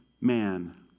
man